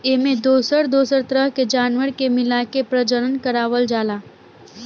एमें दोसर दोसर तरह के जानवर के मिलाके प्रजनन करवावल जाला